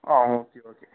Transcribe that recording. ആ okay okay